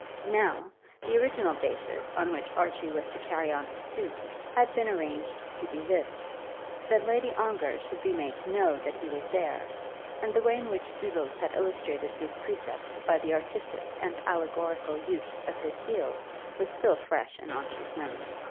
now the original basis on which archie was to carry on his suit had been arranged to be this that lady ongar should be made to know that he was there and the way in which doodles had illustrated this precept by the artistic and allegorical use of his heel was still fresh in archie's memory.